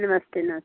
नमस्ते नमस